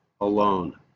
alone